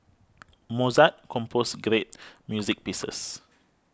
Mozart composed great music pieces